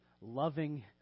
loving